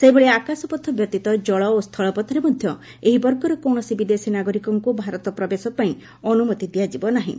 ସେହିଭଳି ଆକାଶପଥ ବ୍ୟତୀତ ଜଳ ଓ ସ୍ଥଳପଥରେ ମଧ୍ୟ ଏହି ବର୍ଗର କୌଣସି ବିଦେଶୀ ନାଗରିକଙ୍କୁ ଭାରତ ପ୍ରବେଶ ପାଇଁ ଅନୁମତି ଦିଆଯିବ ନାହିଁ